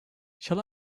shall